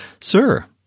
Sir